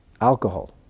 alcohol